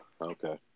Okay